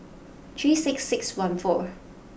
three six six one four